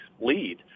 lead